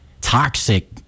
toxic